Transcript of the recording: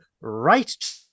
right